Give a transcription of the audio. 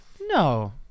No